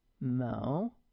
No